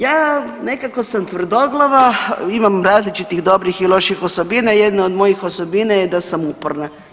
Ja nekako sam tvrdoglava, imam različitih dobrih i loših osobina i jedna od mojih osobina je da sam uporna.